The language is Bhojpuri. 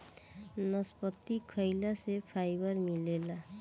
नसपति खाइला से फाइबर मिलेला